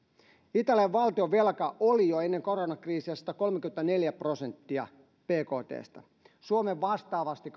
italian valtionvelka oli jo ennen koronakriisiä satakolmekymmentäneljä prosenttia bktstä suomen vastaavasti